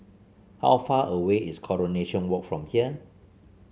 how far away is Coronation Walk from here